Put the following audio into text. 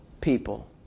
people